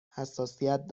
حساسیت